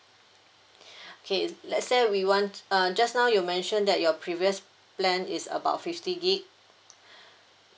okay let's say we want uh just now you mentioned that your previous plan is about fifty gig